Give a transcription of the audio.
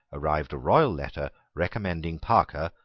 arrived a royal letter recommending parker,